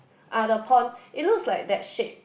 ah the pawn it looks like that shape